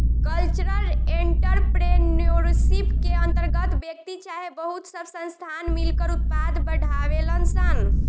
cultural entrepreneurship के अंतर्गत व्यक्ति चाहे बहुत सब संस्थान मिलकर उत्पाद बढ़ावेलन सन